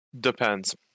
Depends